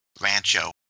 Rancho